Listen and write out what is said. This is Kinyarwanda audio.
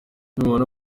nitubona